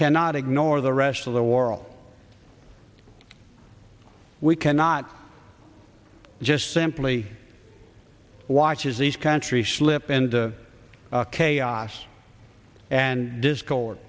cannot ignore the rest of the world we cannot just simply watches these countries slip and chaos and discord